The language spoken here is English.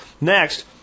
Next